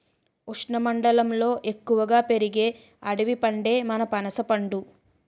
ఉష్ణమండలంలో ఎక్కువగా పెరిగే అడవి పండే మన పనసపండు